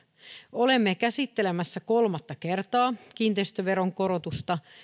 olemme käsittelemässä kolmatta kertaa kiinteistöveron korotusta